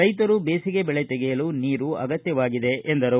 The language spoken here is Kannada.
ರೈತರು ಬೇಸಿಗೆ ಬೆಳೆ ತೆಗೆಯಲು ನೀರು ಬೇಕಾಗಿದೆ ಎಂದರು